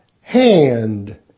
Hand